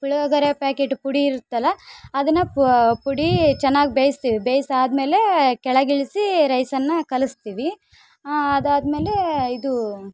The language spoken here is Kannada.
ಪುಳಿಯೋಗರೆ ಪ್ಯಾಕೆಟ್ ಪುಡಿಯಿರುತ್ತಲ್ಲ ಅದನ್ನ ಪುಡಿ ಚೆನ್ನಾಗ್ ಬೇಯಿಸ್ತೀವಿ ಬೇಯಿಸಾದ್ಮೇಲೇ ಕೆಳಗಿಳಿಸಿ ರೈಸನ್ನು ಕಲಸ್ತೀವಿ ಅದಾದ್ಮೇಲೆ ಇದು